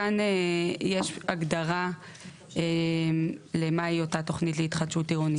כאן יש הגדרה למה היא אותה תוכנית להתחדשות עירונית.